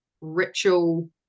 ritual